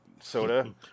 soda